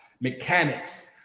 mechanics